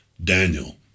Daniel